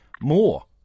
more